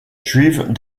juive